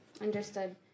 Understood